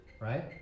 Right